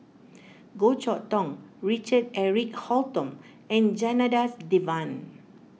Goh Chok Tong Richard Eric Holttum and Janadas Devan